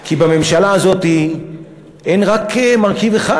כי בממשלה הזאת אין רק מרכיב אחד,